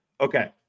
Okay